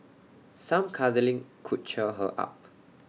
some cuddling could cheer her up